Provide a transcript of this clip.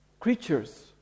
creatures